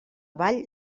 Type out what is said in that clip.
vall